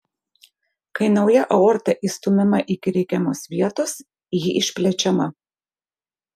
kai nauja aorta įstumiama iki reikiamos vietos ji išplečiama